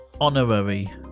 Honorary